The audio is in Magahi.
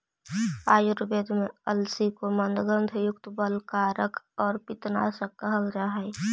आयुर्वेद में अलसी को मन्दगंधयुक्त, बलकारक और पित्तनाशक कहल जा हई